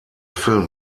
film